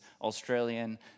Australian